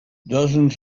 dozens